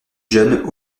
jeune